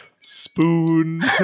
Spoon